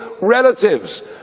relatives